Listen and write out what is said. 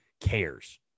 cares